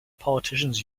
politicians